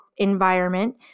environment